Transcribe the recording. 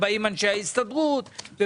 אנשי ההסתדרות,